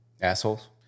Assholes